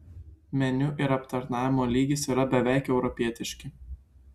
meniu ir aptarnavimo lygis yra beveik europietiški